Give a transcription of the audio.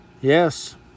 Yes